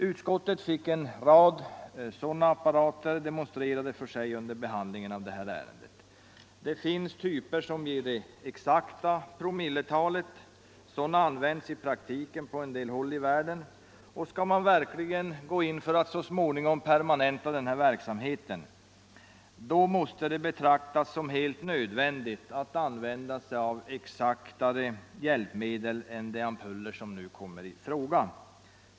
Utskottet fick en rad sådana apparater demonstrerade för sig under behandlingen av det här ärendet. Det finns typer som ger det exakta promilletalet, och sådana används i praktiken på en del håll i världen. Skall manverkligengå in för att så småningom permanenta den här verksamheten, då måste det betraktas som helt nödvändigt att använda exaktare hjälpmedel än de ampuller som nu kommer i fråga.